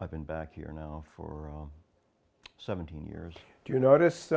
i've been back here now for seventeen years do you notice